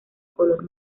color